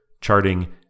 charting